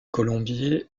colombier